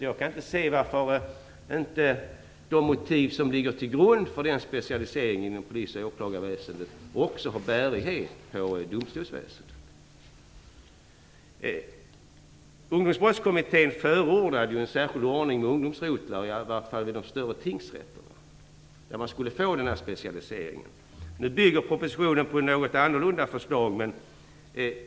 Jag kan inte se varför de motiv som ligger till grund för den specialiseringen inom polis och åklagarväsendet inte har bärighet också på domstolsväsendet. Ungdomsbrottskommittén förordade ju en särskild ordning med ungdomsrotlar, i alla fall vid de större tingsrätterna, där man skulle få den här specialiseringen. Men propositionen bygger på ett något annorlunda förslag.